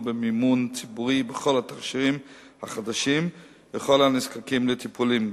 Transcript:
במימון ציבורי בכל התכשירים החדשים ולכל הנזקקים לטיפולים.